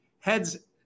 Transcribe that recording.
heads